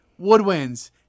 Woodwinds